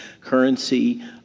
currency